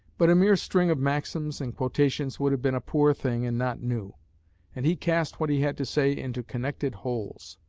but a mere string of maxims and quotations would have been a poor thing and not new and he cast what he had to say into connected wholes.